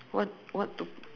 what what to